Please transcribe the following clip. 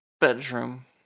bedroom